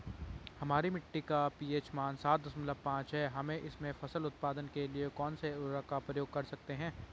हमारी मिट्टी का पी.एच मान सात दशमलव पांच है हम इसमें फसल उत्पादन के लिए कौन से उर्वरक का प्रयोग कर सकते हैं?